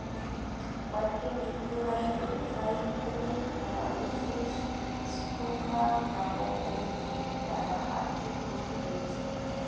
মার্কিন যুক্তরাষ্ট্রর ফাইক কুমীর খামারে সুস স্ক্রফা নামক অণুজীব দ্বারা আর্থিক ক্ষতি হইচে